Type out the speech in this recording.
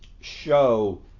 show